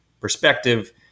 perspective